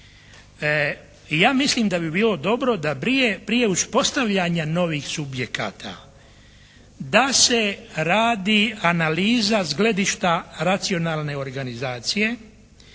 Ja mislim da bi bilo dobro da prije uspostavljanja novih subjekata da se radi analiza s gledišta racionalne organizacije,